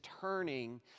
turning